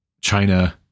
China